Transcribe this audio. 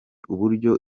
uburyo